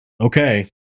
Okay